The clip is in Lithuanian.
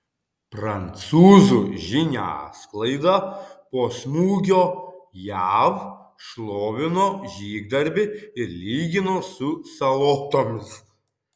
prancūzų žiniasklaida po smūgio jav šlovino žygdarbį ir lygino su salotomis